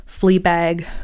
Fleabag